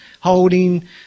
holding